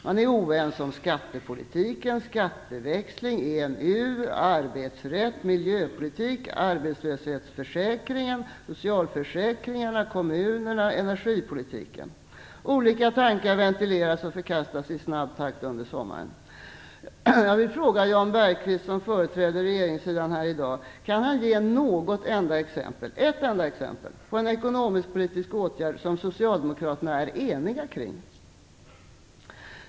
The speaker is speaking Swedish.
Man är oense om skattepolitiken, skatteväxling, EMU, arbetsrätt, miljöpolitik, arbetslöshetsförsäkringen, socialförsäkringarna, kommunerna och energipolitiken. Olika tankar har ventilerats och förkastas i snabb takt under sommaren. Jag vill fråga Jan Bergqvist, som företräder regeringssidan här i dag: Kan han ge något enda exempel, ett enda exempel, på en ekonomisk-politisk åtgärd som Socialdemokraterna är eniga om?